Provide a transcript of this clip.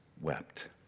wept